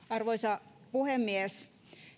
arvoisa puhemies